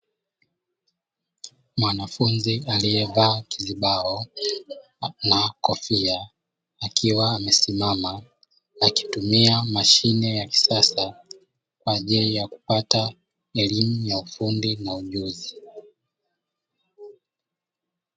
Mwanafunzi alievaa kizibao na kofia, akiwa amesimama akitumia mashine ya kisasa, kwa ajili ya kupata elimu ya ufundi na ujuzi.